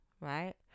right